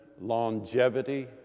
longevity